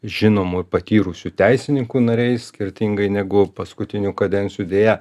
žinomų patyrusių teisininkų nariai skirtingai negu paskutinių kadencijų deja